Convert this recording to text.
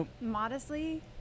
modestly